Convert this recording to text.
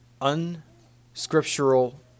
unscriptural